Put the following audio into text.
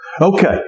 Okay